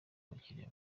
abakiriya